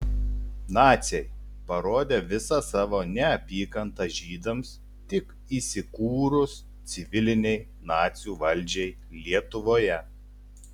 naciai parodė visą savo neapykantą žydams tik įsikūrus civilinei nacių valdžiai lietuvoje